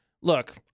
Look